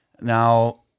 Now